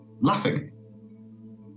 laughing